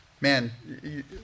man